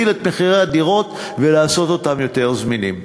את מחירי הדירות ולעשות אותן יותר זמינות.